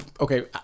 Okay